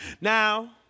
Now